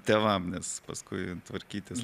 tėvam nes paskui tvarkytis